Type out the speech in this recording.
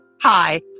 Hi